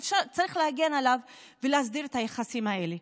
וצריך להגן עליו ולהסדיר את היחסים האלה.